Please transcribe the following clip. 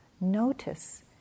notice